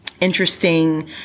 interesting